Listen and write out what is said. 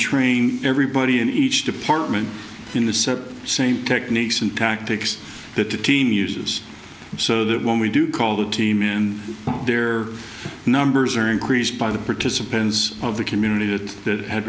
train everybody in each department in the same techniques and tactics that the team uses so that when we do call the team in their numbers are increased by the participants of the community that ha